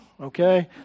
okay